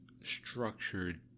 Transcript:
structured